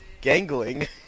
Gangling